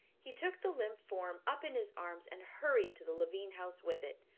he took the limp form up in his arms and hurried to the lavine house with it.